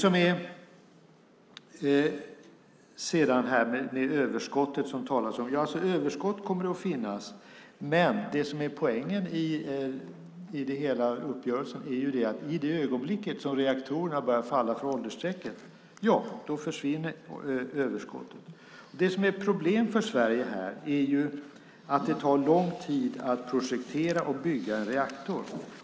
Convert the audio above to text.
När det gäller överskottet det talas om kommer det att finnas ett överskott, men det som är poängen i hela uppgörelsen är att överskottet försvinner i det ögonblick reaktorerna börjar falla för åldersstrecket. Det som är problem för Sverige här är att det tar lång tid att projektera och bygga en reaktor.